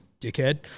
Dickhead